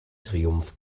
triumph